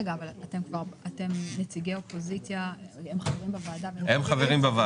רגע, אבל הם חברים בוועדה --- הם חברים בוועדה.